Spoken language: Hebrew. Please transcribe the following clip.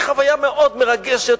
היא חוויה מאוד מרגשת,